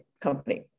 company